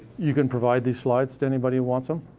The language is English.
you can provide these slides to anybody who wants them?